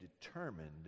determined